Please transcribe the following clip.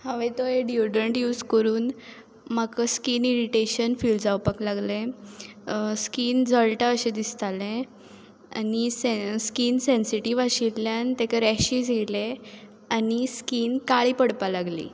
हांवे तो एक डियोड्रंट यूज करून म्हाका स्किन इरिटेशन फिल जावपाक लागलें स्किन जळटा अशें दिसतालें आनी स्किन सेन्सीटिव्ह आशिल्ल्यान तेका रेशीज येले आनी स्किन काळी पडपाक लागली